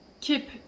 keep